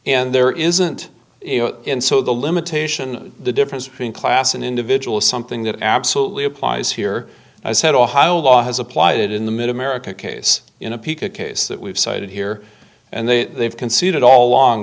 and there isn't you know in so the limitation the difference between class and individual is something that absolutely applies here i said ohio law has applied it in the middle america case in a peek a case that we've cited here and they they've conceded all along